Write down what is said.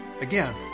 Again